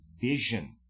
vision